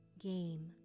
Game